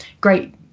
great